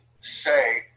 say